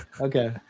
Okay